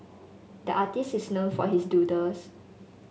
the artist is known for his doodles